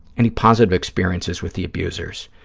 any positive experiences with the abusers?